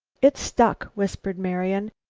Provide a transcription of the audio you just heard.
it's stuck, whispered marian.